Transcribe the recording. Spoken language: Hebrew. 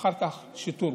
ואחר כך שיטור.